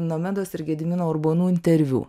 nomedos ir gedimino urbonų interviu